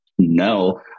No